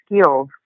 skills